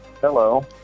Hello